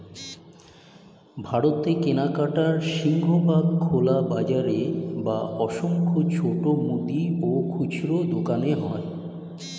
ভারতে কেনাকাটার সিংহভাগ খোলা বাজারে বা অসংখ্য ছোট মুদি ও খুচরো দোকানে হয়